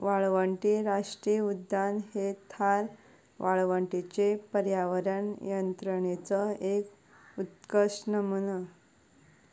वाळवंटी राष्ट्रीय उद्यान हें थार वाळवंटीचे पर्यावरण यंत्रणेचो एक उत्कृश्ट नमुनो